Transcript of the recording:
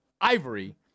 Ivory